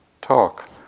talk